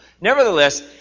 Nevertheless